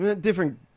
Different